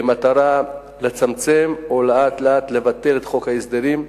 במטרה לצמצם ולאט-לאט לבטל את חוק ההסדרים,